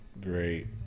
great